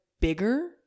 bigger